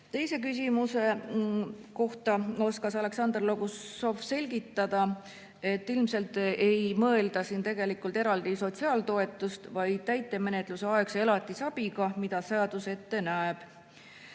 Teise küsimuse kohta oskas Aleksandr Logussov selgitada, et ilmselt ei mõelda siin tegelikult eraldi sotsiaaltoetust, vaid täitemenetlusaegset elatisabi, mida seadus ette näeb.